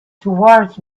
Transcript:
towards